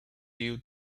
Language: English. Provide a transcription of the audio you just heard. due